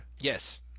Yes